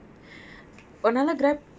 another Grab